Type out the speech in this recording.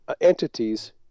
entities